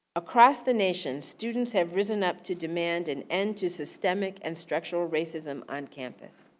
across the nation students have risen up to demand an end to systemic and structural racism on campus.